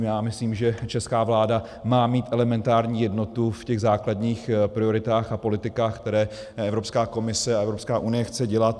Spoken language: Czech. Já myslím, že česká vláda má mít elementární jednotu v základních prioritách a politikách, které Evropská komise a Evropská unie chce dělat.